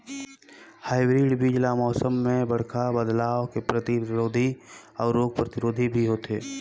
hybrid बीज ल मौसम में बड़खा बदलाव के प्रतिरोधी अऊ रोग प्रतिरोधी भी होथे